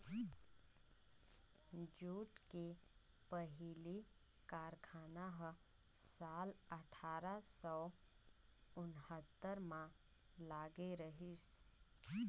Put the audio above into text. jute के पहिली कारखाना ह साल अठारा सौ उन्हत्तर म लगे रहिस